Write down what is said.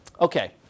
Okay